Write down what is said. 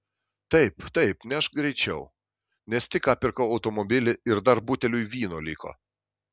taip taip nešk greičiau nes tik ką pirkau automobilį ir dar buteliui vyno liko